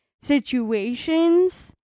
situations